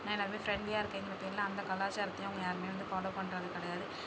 ஏன்னா எல்லோருமே ஃப்ரெண்ட்லியாக இருக்கேன்ங்கற பேரில் அந்தக் கலாச்சாரத்தையும் அவங்க யாருமே வந்து ஃபாலோ பண்ணுறது கிடையாது